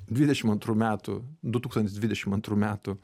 dvidešimt antrų metų du tūkstantis dvidešimt antrų metų